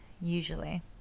usually